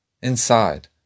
inside